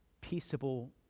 peaceable